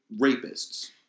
rapists